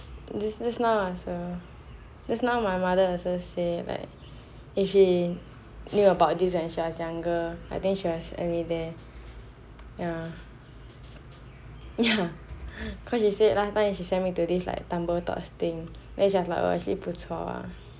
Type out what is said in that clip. just now also just now my mother also say that if she knew about this when she was younger I think she will send me there ya ya cause she said the other time she sent me to this and she sent me to this tumble toss thing then she was like oh actually 不错 ah